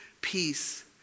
peace